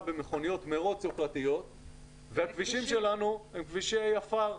במכוניות מרוץ יוקרתיות והכבישים שלנו הם כבישי עפר,